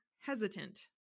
hesitant